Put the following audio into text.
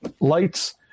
lights